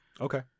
Okay